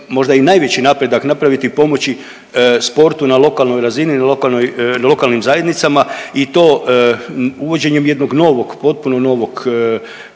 možda i najveći napredak napraviti, pomoći sportu na lokalnoj razini, lokalnoj, lokalnim zajednicama i to uvođenjem jednog novog, potpuno novog